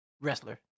Wrestler